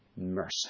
mercy